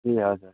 ए हजुर